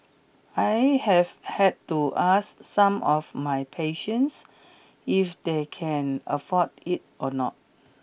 I have had to ask some of my patients if they can afford it or not